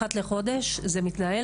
אחת לחודש זה מתנהל,